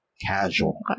Casual